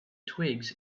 twigs